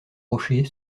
rocher